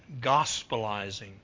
gospelizing